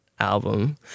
album